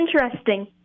interesting